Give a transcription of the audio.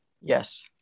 Yes